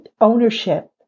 ownership